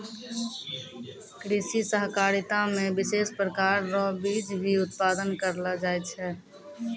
कृषि सहकारिता मे विशेष प्रकार रो बीज भी उत्पादन करलो जाय छै